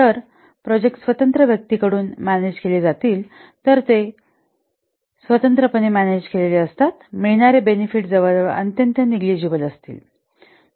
तर प्रोजेक्ट स्वतंत्र व्यक्तींकडून मॅनेज केले जातील तर ते स्वतंत्रपणे मॅनेजकेले जातील मिळणारे बेनेफिट जवळजवळ अत्यंत निग्लिजिबल असतील